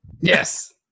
Yes